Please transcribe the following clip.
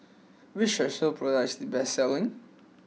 which Strepsils product is the best selling